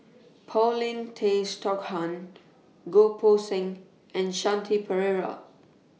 Paulin Tay Straughan Goh Poh Seng and Shanti Pereira